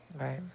Right